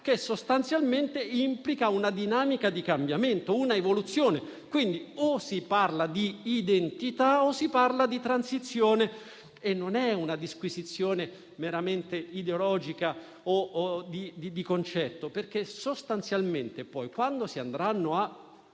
che sostanzialmente implica una dinamica di cambiamento, una evoluzione. Quindi o si parla di identità o si parla di transizione e non è una disquisizione meramente ideologica o di concetto, perché sostanzialmente poi, quando si andranno a